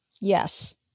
yes